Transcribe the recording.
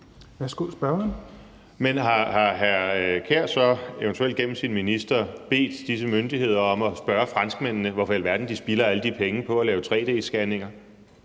Kasper Sand Kjær så, eventuelt gennem sin minister, bedt disse myndigheder om at spørge franskmændene, hvorfor i alverden de spilder alle de penge på at lave tre-d-scanninger?